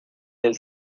del